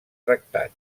tractat